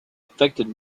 affected